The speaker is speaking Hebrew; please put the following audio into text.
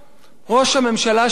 ראש הממשלה שלנו,